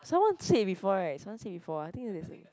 someone said before right someone said before I think there's a